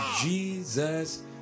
Jesus